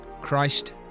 Christ